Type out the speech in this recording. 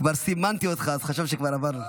כבר סימנתי אותך, אז חשבתי שכבר עבר.